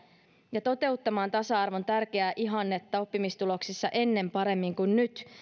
ja toteuttamaan tasa arvon tärkeää ihannetta oppimistuloksissa ennen paremmin kuin nyt